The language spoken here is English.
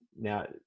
Now